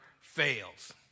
fails